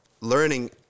learning